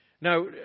Now